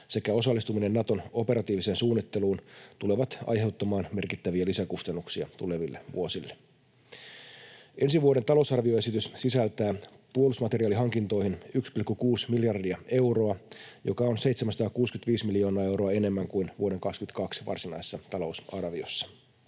sekä osallistuminen Naton operatiiviseen suunnitteluun tulevat aiheuttamaan merkittäviä lisäkustannuksia tuleville vuosille. Ensi vuoden talousarvioesitys sisältää puolustusmateriaalihankintoihin 1,6 miljardia euroa, joka on 765 miljoonaa euroa enemmän kuin vuoden 22 varsinaisessa talousarviossa.